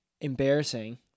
embarrassing